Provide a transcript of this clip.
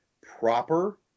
proper